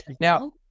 Now